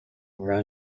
were